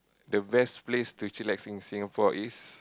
the best place to chillax in Singapore is